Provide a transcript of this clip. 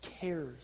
cares